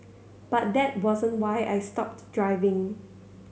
but that wasn't why I stopped driving